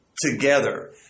together